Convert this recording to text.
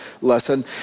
lesson